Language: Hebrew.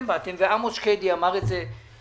מר שקדי, תקשיב לי.